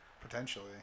Potentially